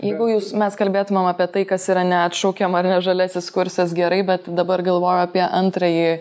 jeigu jūs mes kalbėtumėm apie tai kas yra neatšaukiama ar ne žaliasis kursas gerai bet dabar galvoju apie antrąjį